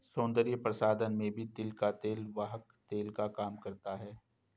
सौन्दर्य प्रसाधन में भी तिल का तेल वाहक तेल का काम करता है